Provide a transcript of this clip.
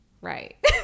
Right